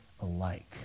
alike